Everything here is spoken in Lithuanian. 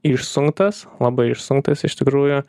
išsunktas labai išsunktas iš tikrųjų